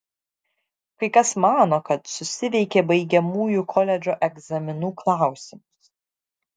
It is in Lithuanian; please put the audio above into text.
kai kas mano kad susiveikė baigiamųjų koledžo egzaminų klausimus